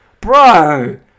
Bro